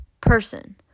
person